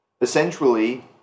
essentially